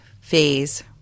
phase